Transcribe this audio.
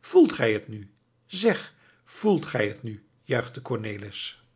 voelt gij het nu zeg voelt gij het nu juichte cornelis